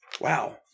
Wow